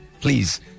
please